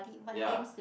ya